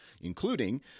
including